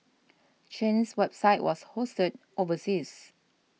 Chen's website was hosted overseas